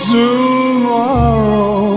tomorrow